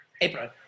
April